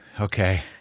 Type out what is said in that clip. Okay